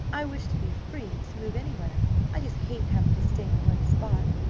i wish to be free to move anywhere i just hate having to stay in one spot,